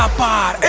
ah bhai,